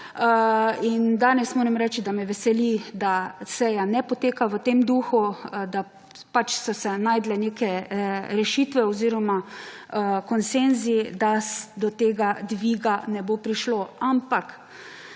In danes moram reči, da me veseli, da seja ne poteka v tem duhu, da pač so se našle neke rešitve oziroma konsenzi, da do tega dviga ne bo prišlo. Ampak